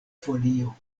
folio